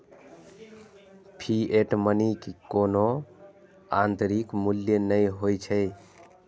fiat money के कोनो आंतरिक मूल्य नै होइ छै